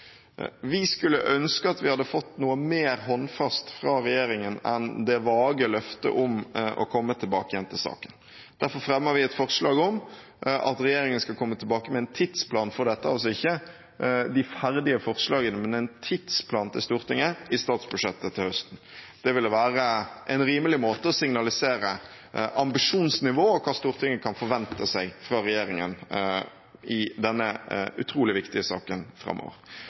Vi skulle ønske at vi hadde fått noe mer håndfast fra regjeringen enn det vage løftet om å komme tilbake igjen til saken. Derfor fremmer vi et forslag om at regjeringen skal komme tilbake med en tidsplan for dette til Stortinget – altså ikke de ferdige forslagene, men en tidsplan – i statsbudsjettet til høsten. Det ville være en rimelig måte å signalisere ambisjonsnivå på og hva Stortinget kan forvente seg fra regjeringen i denne utrolig viktige saken framover.